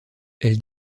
elles